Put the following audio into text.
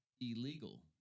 illegal